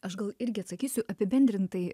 aš gal irgi atsakysiu apibendrintai